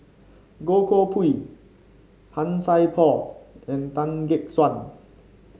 Goh Koh Pui Han Sai Por and Tan Gek Suan